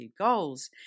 goals